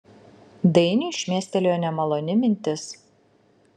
dainiui šmėstelėjo nemaloni mintis